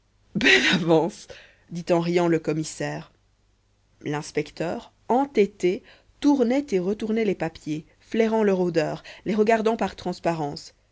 avance dit en riant le commissaire l'inspecteur entêté tournait et retournait les papiers flairant leur odeur les regardant par transparence